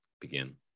begin